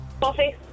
Coffee